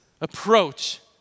approach